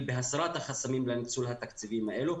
בהסרת החסמים לניצול התקציבים האלו.